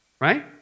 right